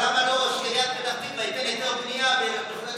אבל למה שראש עיריית פתח תקווה לא ייתן היתר בנייה בחולון,